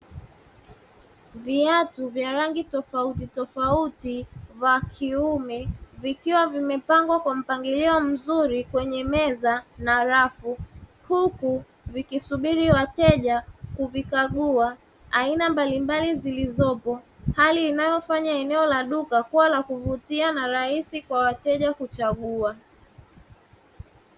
Viatu vya rangi tofautitofauti vya kiume, vikiwa vimepangwa kwa mpangilio mzuri kwenye meza na rafu, huku vikisubiri wateja kuvikagua, aina mbalimbali zilizopo hali inayofanya eneo la duka kuwa la kuvutia na rahisi kwa wateja kuchagua.